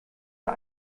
der